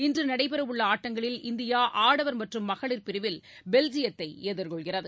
இன்று நடைபெறவுள்ள ஆட்டங்களில் இந்தியா ஆடவர் மற்றும் மகளிர் பிரிவில் பெல்ஜியத்தை எதிர்கொள்கிறது